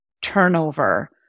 turnover